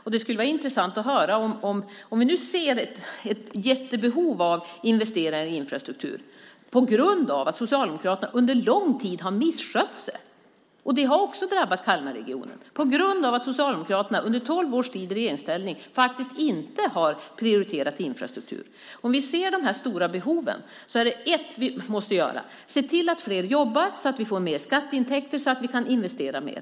Vi ser nu ett jättebehov av investeringar i infrastruktur på grund av att Socialdemokraterna under lång tid har misskött sig. Det har också drabbat Kalmarregionen. Under tolv år i regeringsställning har Socialdemokraterna faktiskt inte prioriterat infrastruktur. Om vi ser till de stora behoven är det en sak vi måste göra. Vi måste se till att fler jobbar så att vi får mer skatteintäkter och kan investera mer.